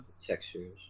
textures